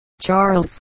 Charles